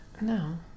No